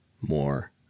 more